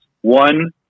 One